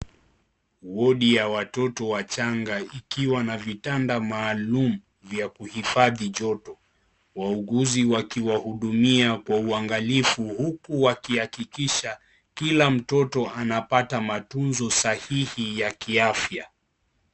Wodi ya watoto wachanga ikiwa na vitanda maalum vya kuhifadhi joto. Wauguzi wakiwahudumia kwa uangalifu huku wakihakikisha kila mtoto anapata matunzo sahihi ya kiafya.